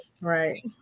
Right